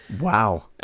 Wow